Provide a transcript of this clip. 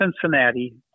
Cincinnati